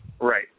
Right